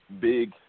big